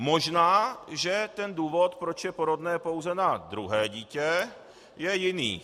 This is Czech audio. Možná že důvod, proč je porodné pouze na druhé dítě, je jiný.